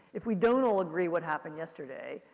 if we don't all agree what happened yesterday,